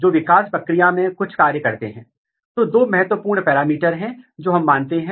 इसलिए यदि आप X को लेते हैं